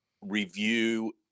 review